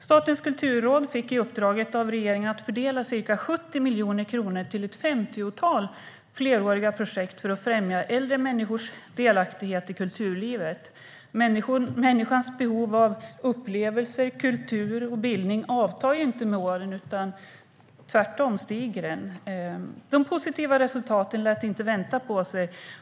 Statens kulturråd fick i uppdrag av regeringen att fördela ca 70 miljoner kronor till ett femtiotal fleråriga projekt för att främja äldre människors delaktighet i kulturlivet. Människans behov av upplevelser, kultur och bildning avtar ju inte med åren - tvärtom stiger det. De positiva resultaten lät inte vänta på sig.